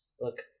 Look